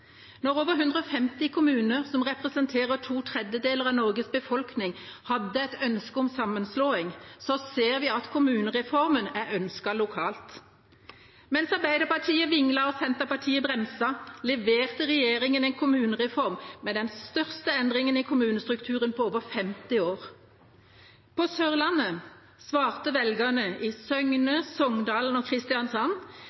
Når over 150 kommuner, som representerer to tredjedeler av Norges befolkning, hadde et ønske om sammenslåing, ser vi at kommunereformen er ønsket lokalt. Mens Arbeiderpartiet vinglet og Senterpartiet bremset, leverte regjeringa en kommunereform med den største endringen i kommunestrukturen på over 50 år. På Sørlandet svarte velgerne i